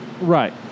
Right